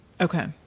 Okay